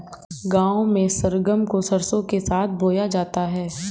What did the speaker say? गांव में सरगम को सरसों के साथ बोया जाता है